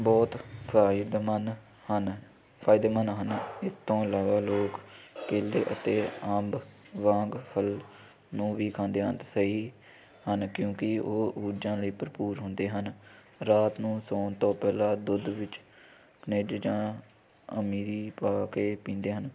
ਬਹੁਤ ਫਾਈਦੇਮਨ ਹਨ ਫਾਇਦੇਮੰਦ ਹਨ ਇਸ ਤੋਂ ਇਲਾਵਾ ਲੋਕ ਕੇਲੇ ਅਤੇ ਅੰਬ ਵਾਂਗ ਫਲ ਨੂੰ ਵੀ ਖਾਂਦੇ ਹਨ ਅਤੇ ਸਹੀ ਹਨ ਕਿਉਂਕਿ ਉਹ ਊਰਜਾ ਲਈ ਭਰਪੂਰ ਹੁੰਦੇ ਹਨ ਰਾਤ ਨੂੰ ਸੌਣ ਤੋਂ ਪਹਿਲਾਂ ਦੁੱਧ ਵਿੱਚ ਖਣਿਜ ਜਾਂ ਅਮੀਰੀ ਪਾ ਕੇ ਪੀਂਦੇ ਹਨ